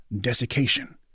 Desiccation